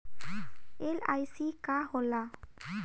LIC का होला?